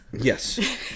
Yes